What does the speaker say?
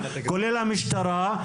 כולל המשטרה,